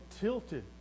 tilted